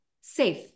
safe